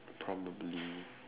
probably